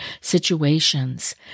situations